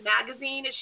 Magazine